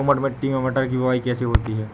दोमट मिट्टी में मटर की बुवाई कैसे होती है?